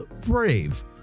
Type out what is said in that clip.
Brave